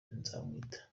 nzamwita